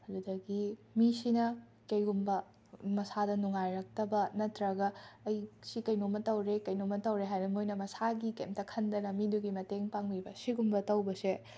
ꯑꯗꯨꯗꯒꯤ ꯃꯤꯁꯤꯅ ꯀꯩꯒꯨꯝꯕ ꯃꯁꯥꯗ ꯅꯨꯡꯉꯥꯏꯔꯛꯇꯕ ꯅꯠꯇ꯭ꯔꯒ ꯑꯩ ꯁꯤ ꯀꯩꯅꯣꯃ ꯇꯧꯔꯦ ꯀꯩꯅꯣꯃ ꯇꯧꯔꯦ ꯍꯥꯏꯔꯒ ꯃꯣꯏꯅ ꯃꯁꯥꯒꯤ ꯀꯔꯤꯝꯇ ꯈꯟꯗꯅ ꯃꯤꯗꯨꯒꯤ ꯃꯇꯦꯡ ꯄꯥꯡꯕꯤꯕ ꯁꯤꯒꯨꯝꯕ ꯇꯧꯕꯁꯦ